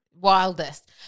Wildest